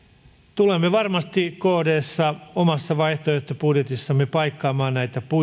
tulemme varmasti kdssa omassa vaihtoehtobudjetissamme paikkaamaan näitä